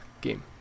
game